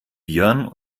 björn